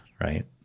right